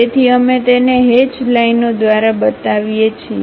તેથી અમે તેને હેચ લાઇનો દ્વારા બતાવીએ છીએ